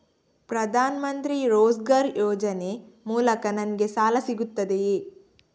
ಪ್ರದಾನ್ ಮಂತ್ರಿ ರೋಜ್ಗರ್ ಯೋಜನೆ ಮೂಲಕ ನನ್ಗೆ ಸಾಲ ಸಿಗುತ್ತದೆಯೇ?